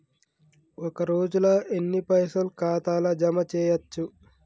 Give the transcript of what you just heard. ఒక రోజుల ఎన్ని పైసల్ ఖాతా ల జమ చేయచ్చు?